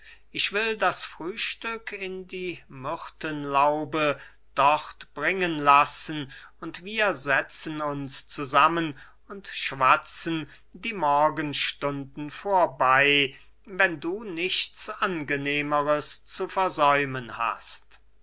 ich will das frühstück in die myrtenlaube dort bringen lassen und wir setzen uns zusammen und schwatzen die morgenstunden vorbey wenn du nichts angenehmeres zu versäumen hast